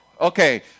Okay